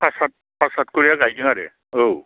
फासहाथ फासहाथ खौनो गायदों आरो औ